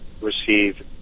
receive